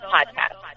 Podcast